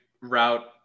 route